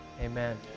amen